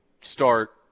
start